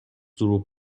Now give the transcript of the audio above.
دروغ